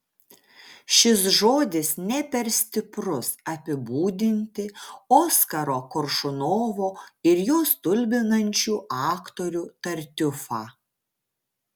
šis žodis ne per stiprus apibūdinti oskaro koršunovo ir jo stulbinančių aktorių tartiufą